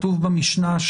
כתוב במשנה,